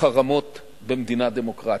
חרמות במדינה דמוקרטית.